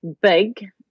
big